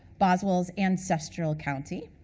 boswell's ancestral county.